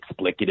Explicative